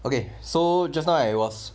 okay so just now I was